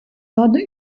ладу